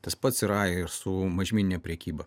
tas pats yra ir su mažmenine prekyba